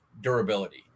durability